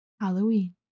halloween